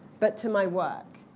but to my work.